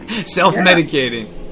self-medicating